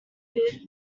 big